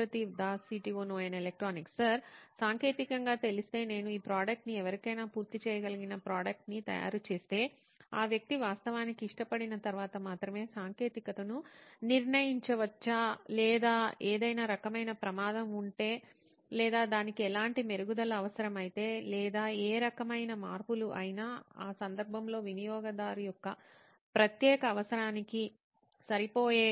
సుప్రతీవ్ Das CTO నోయిన్ electronics sir సాంకేతికంగా తెలిస్తే నేను ఈ ప్రోడక్ట్ ని ఎవరికైనా పూర్తి చేయగలిగిన ప్రోడక్ట్ ని తయారుచేస్తే ఆ వ్యక్తి వాస్తవానికి ఇష్టపడిన తర్వాత మాత్రమే సాంకేతికతను నిర్ణయించవచ్చా లేదా ఏదైనా రకమైన ప్రమాదం ఉంటే లేదా దానికి ఎలాంటి మెరుగుదల అవసరమైతే లేదా ఏ రకమైన మార్పులు అయినా ఆ సందర్భంలో వినియోగదారు యొక్క ప్రత్యేక అవసరానికి ఎవరో సరిపోయే